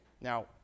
Now